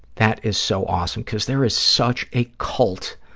that is so awesome, because there is such a cult